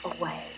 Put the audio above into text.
away